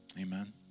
Amen